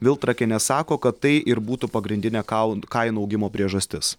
viltrakienė sako kad tai ir būtų pagrindinė kaul kainų augimo priežastis